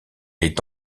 est